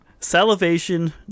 Salivation